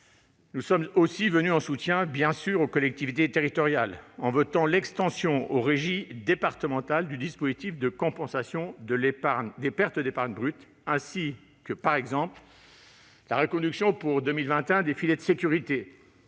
Nous sommes aussi venus en soutien aux collectivités territoriales en votant, par exemple, l'extension aux régies départementales du dispositif de compensation des pertes d'épargne brute, ainsi que la reconduction pour 2021 des « filets de sécurité